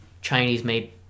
Chinese-made